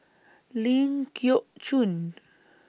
Ling Geok Choon